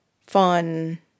fun